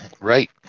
Right